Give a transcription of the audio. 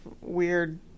weird